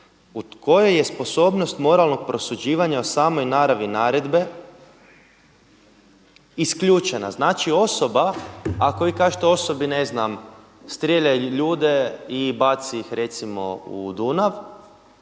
u kojoj je sposobnost moralnog prosuđivanja u samoj naravi naredbe isključena. Znači osoba ako vi kažete osobi ne znam strijeljaj ljude i baci ih recimo u Dunav,